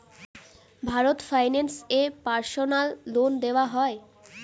Bharat finance এ personal loan দেওয়া হয়?